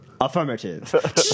Affirmative